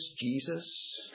Jesus